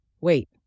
Wait